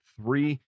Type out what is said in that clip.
three